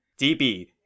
DB